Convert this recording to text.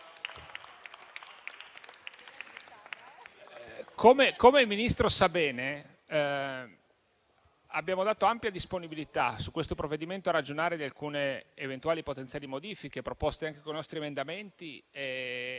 Come il Ministro sa bene, abbiamo dato ampia disponibilità, su questo provvedimento, a ragionare di alcune eventuali, potenziali modifiche, proposte anche con nostri emendamenti